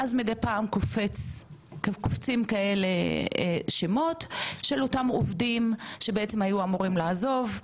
ואז בעצם קופצים שמות של אותם עובדים שבעצם היו אמורים לעזוב,